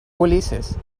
ulises